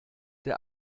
der